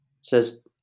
says